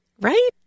Right